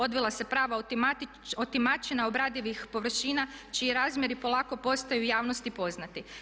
Odvila se prava otimačina obradivih površina čiji razmjeri polako postaju javnosti poznati.